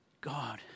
God